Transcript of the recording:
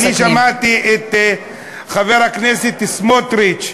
אני שמעתי את חבר הכנסת סמוטריץ.